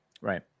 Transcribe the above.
right